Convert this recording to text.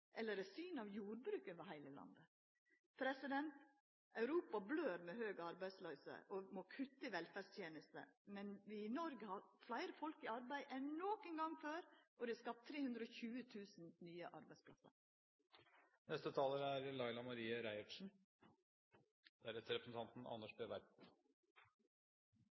Eller er det synet av jordbruk over heile landet? Europa blør med høg arbeidsløyse og må kutta i velferdstenestene, medan vi i Noreg har fleire folk i arbeid enn nokon gong før, og det er skapt 320 000 nye arbeidsplassar. Vi bur alle i eit godt land. Mykje er